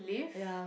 ya